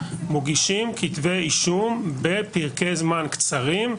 מגישים כתבי אישום בפרקי זמן קצרים.